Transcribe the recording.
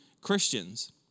Christians